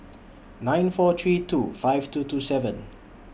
nine four three two five two two seven